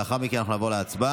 לאחר מכן אנחנו נעבור להצבעה.